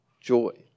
joy